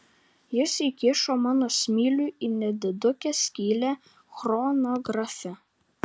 jis įkišo mano smilių į nedidukę skylę chronografe